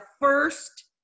first